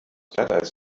glatteis